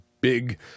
big